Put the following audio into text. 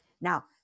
Now